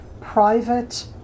private